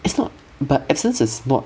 it's not but abstinence is not